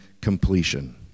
completion